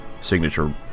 signature